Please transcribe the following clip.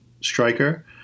striker